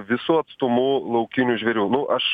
visu atstumu laukinių žvėrių nu aš